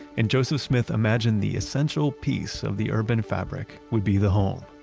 and joseph smith imagined the essential piece of the urban fabric would be the home.